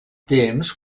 temps